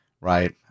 right